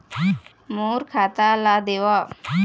मोर खाता ला देवाव?